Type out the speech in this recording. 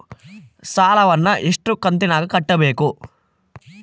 ಸಾಲವನ್ನ ಎಷ್ಟು ಕಂತಿನಾಗ ಕಟ್ಟಬೇಕು?